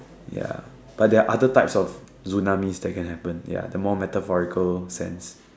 ya but there are other types of tsunamis that can happen the more metaphorical sense